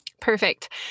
Perfect